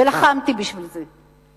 ולחמתי בשביל זה.